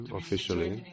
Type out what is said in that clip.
officially